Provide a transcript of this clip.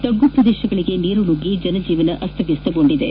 ತಗ್ಗು ಪ್ರದೇಶಗಳಿಗೆ ನೀರು ನುಗ್ಗಿ ಜನಜೀವನ ಅಸ್ತವ್ಯಸ್ತಗೊಂಡಿದೆ